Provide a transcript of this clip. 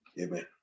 Amen